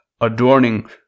adorning